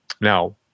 Now